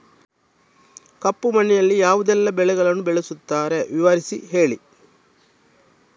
ಕಪ್ಪು ಮಣ್ಣಿನಲ್ಲಿ ಯಾವುದೆಲ್ಲ ಬೆಳೆಗಳನ್ನು ಬೆಳೆಸುತ್ತಾರೆ ವಿವರಿಸಿ ಹೇಳಿ